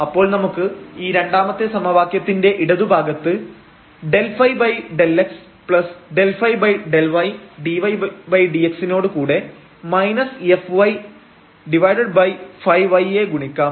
അപ്പോൾ നമുക്ക് ഈ രണ്ടാമത്തെ സമവാക്യത്തിന്റെ ഇടതുഭാഗത്ത് ∂ϕ∂x∂ϕ∂y dydx നോട് കൂടെ fyϕyയെ ഗുണിക്കാം